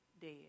dead